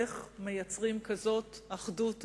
איך מייצרים כזאת אחדות,